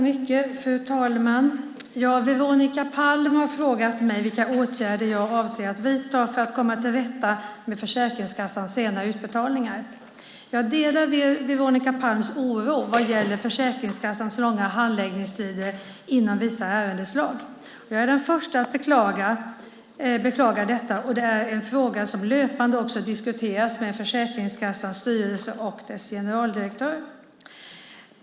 Fru talman! Veronica Palm har frågat mig vilka åtgärder jag avser att vidta för att komma till rätta med Försäkringskassans sena utbetalningar. Jag delar Veronica Palms oro vad gäller Försäkringskassans långa handläggningstider inom vissa ärendeslag. Jag är den första att beklaga detta, och det är en fråga som löpande diskuteras med Försäkringskassans styrelse och dess generaldirektör.